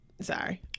sorry